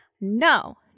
No